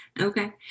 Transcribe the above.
Okay